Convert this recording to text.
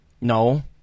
No